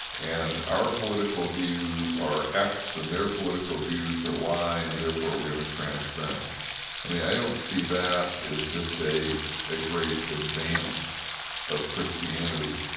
and our political views are x and their political views are y, and therefore we're going to trash them i mean, i don't see that as just a a great advance of christianity.